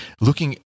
looking